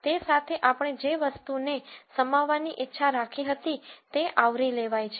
તે સાથે આપણે જે વસ્તુ ને સમાવવા ની ઈચ્છા રાખી હતી તે આવરી લેવાઇ છે